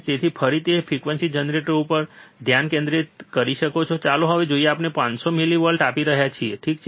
તેથી ફરી તમે ફ્રીક્વન્સી જનરેટર ઉપર ધ્યાન કેન્દ્રિત કરી શકો છો ચાલો હવે જોઈએ કે આપણે 500 મિલીવોલ્ટ આપી રહ્યા છીએ ઠીક છે